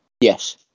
Yes